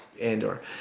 Andor